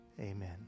Amen